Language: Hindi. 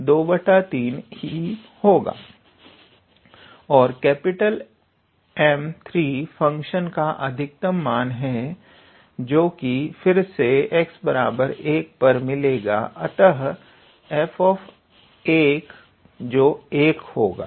और 𝑀3 फंक्शन का अधिकतम मान है जो कि फिर से x1 पर मिलेगा अतः 𝑓 जो 1 होगा